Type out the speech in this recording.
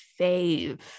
fave